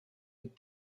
with